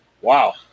wow